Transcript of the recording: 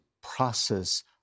process